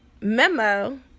memo